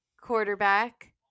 quarterback